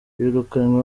birukanwe